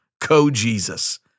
Co-Jesus